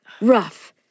Rough